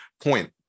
point